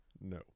No